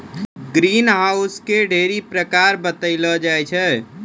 green house के ढ़ेरी प्रकार बतैलो जाय छै